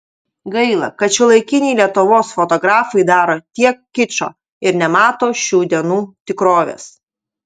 gaila kad šiuolaikiniai lietuvos fotografai daro tiek kičo ir nemato šių dienų tikrovės